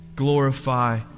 glorify